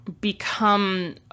become